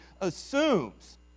assumes